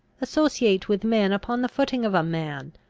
associate with men upon the footing of a man,